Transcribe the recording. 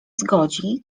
zgodzi